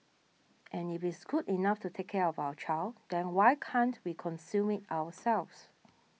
and if it's good enough to take care of our child then why can't be consume it ourselves